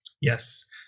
Yes